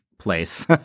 place